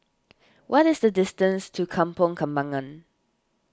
what is the distance to Kampong Kembangan